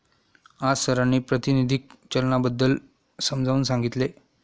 आज सरांनी प्रातिनिधिक चलनाबद्दल समजावून सांगितले